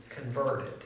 converted